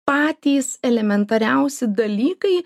patys elementariausi dalykai